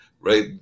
Right